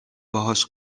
باهاش